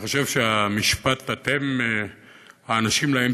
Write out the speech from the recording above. אני חושב שאת המשפט: "אתם האנשים שלהם